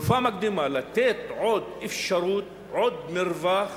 לתת עוד אפשרות, עוד מרווח,